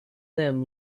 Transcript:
them